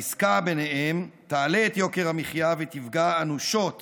העסקה ביניהם תעלה את יוקר המחיה ותפגע אנושות